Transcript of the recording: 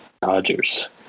Dodgers